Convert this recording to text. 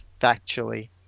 factually